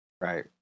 Right